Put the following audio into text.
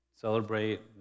celebrate